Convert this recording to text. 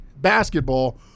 basketball